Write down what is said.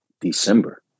December